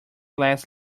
less